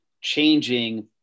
changing